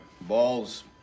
balls